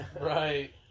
right